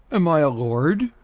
am i a lord?